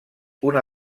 una